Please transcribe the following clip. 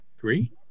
three